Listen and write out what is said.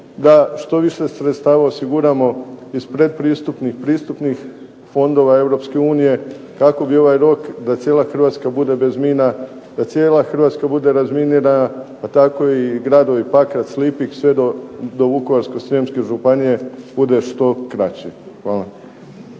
da što više sredstava osiguramo iz predpristupnih, pristupnih fondova Europske unije, kako bi ovaj rok da cijela Hrvatska bude bez mina, da cijela Hrvatska bude razminirana, pa tako i gradovi Pakrac, Lipik, sve dok Vukovarsko-srijemske županije bude što kraći. Hvala.